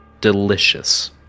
delicious